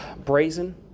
Brazen